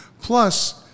Plus